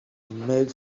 meg